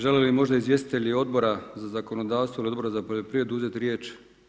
Žele li možda izvjestitelji Odbora za zakonodavstvo ili Odbora za poljoprivredu uzeti riječ?